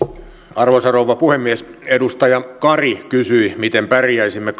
arvoisa rouva puhemies edustaja kari kysyi miten pärjäisimme